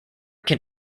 can